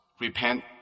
repent